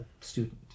student